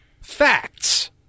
Facts